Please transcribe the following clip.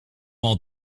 all